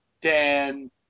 dan